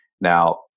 Now